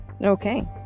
Okay